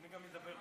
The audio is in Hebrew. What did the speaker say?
גם אני אדבר.